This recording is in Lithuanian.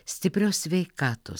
stiprios sveikatos